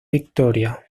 victoria